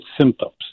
symptoms